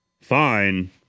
fine